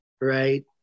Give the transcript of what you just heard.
Right